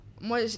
Moi